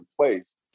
place